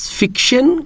fiction